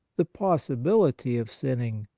the possibility of sinning,